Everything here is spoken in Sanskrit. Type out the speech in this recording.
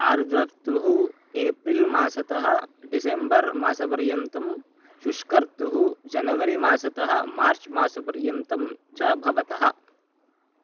आर्द्रत्तुः एप्रिल् मासतः डिसेम्बर् मासपर्यन्तं शुष्कर्तुः जनवरी मासतः मार्च् मासपर्यन्तं च भवतः